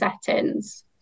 settings